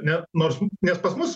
ne nors nes pas mus